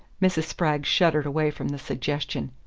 mrs. spragg shuddered away from the suggestion.